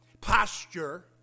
posture